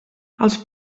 els